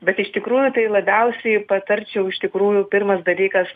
bet iš tikrųjų tai labiausiai patarčiau iš tikrųjų pirmas dalykas